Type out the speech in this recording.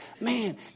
man